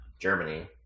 Germany